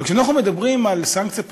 וכשאנחנו מדברים על סנקציה פלילית,